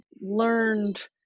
learned